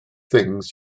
things